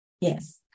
Yes